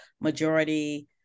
majority